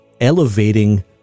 elevating